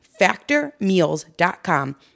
factormeals.com